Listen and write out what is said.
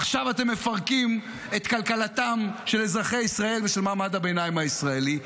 עכשיו אתם מפרקים את כלכלתם של אזרחי ישראל ושל מעמד הביניים הישראלי.